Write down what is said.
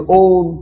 own